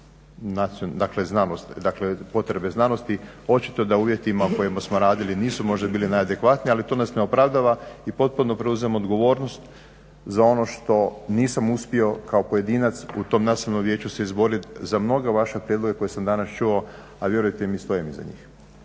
potrebe znanosti. Očito da uvjeti u kojima smo radili nisu možda bili najadekvatniji, ali to nas ne opravdava i potpuno preuzimam odgovornost za ono što nisam uspio kao pojedinac u tom Nacionalnom vijeću se izboriti za mnoge vaše prijedloge koje sam danas čuo, a vjerujte mi, stojim iza njih.